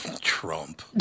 Trump